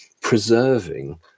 preserving